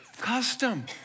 custom